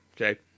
Okay